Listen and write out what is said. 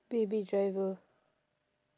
baby driver